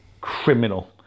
criminal